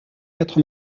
quatre